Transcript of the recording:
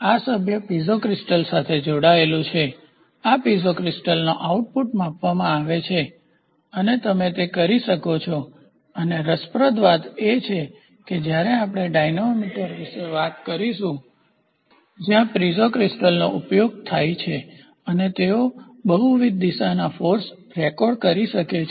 આ સભ્ય piezo crystal સાથે જોડાયેલું છે આ પીઝો ક્રિસ્ટલનો આઉટપુટ માપવામાં આવે છે અને તમે તે કરી શકો છો અને રસપ્રદ વાત એ છે કે જ્યારે આપણે ડાયનામો મીટર વિશે વાત કરીશું જ્યાં પીઝો ક્રિસ્ટલ્સનો ઉપયોગ થાય છે તે તેઓ બહુવિધ દિશાના ફોર્સદળો રેકોર્ડ કરી શકે છે